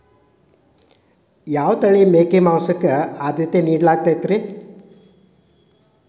ಯಾವ ತಳಿಯ ಮೇಕೆ ಮಾಂಸಕ್ಕ, ಆದ್ಯತೆ ನೇಡಲಾಗತೈತ್ರಿ?